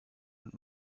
und